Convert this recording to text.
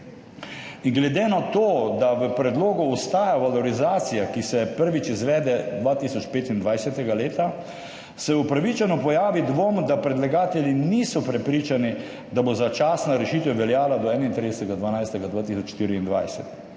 In glede na to, da v predlogu ostaja valorizacija, ki se prvič izvede 2025. leta, se upravičeno pojavi dvom, da predlagatelji niso prepričani, da bo začasna rešitev veljala do 31. 12. 2024.